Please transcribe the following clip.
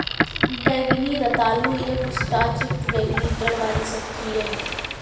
बैंगनी रतालू एक स्टार्च युक्त बैंगनी जड़ वाली सब्जी है